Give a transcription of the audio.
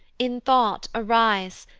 in thought arise,